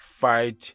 fight